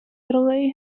italy